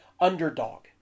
underdog